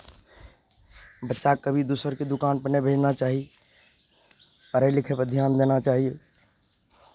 बच्चाकेँ कभी दोसरके दोकानपर नहि भेजना चाही पढ़य लिखयपर ध्यान देना चाही